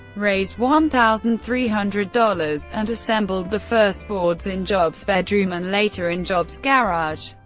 raised one thousand three hundred dollars, and assembled the first boards in jobs' bedroom and later in jobs' garage.